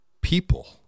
people